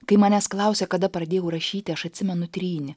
kai manęs klausia kada pradėjau rašyti aš atsimenu trynį